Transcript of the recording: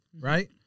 right